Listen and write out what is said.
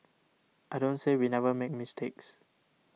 I don't say we never make mistakes